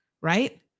right